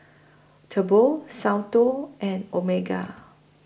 Tempur Soundteoh and Omega